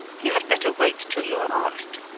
you had better wait till you are asked!